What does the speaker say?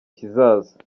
kizaza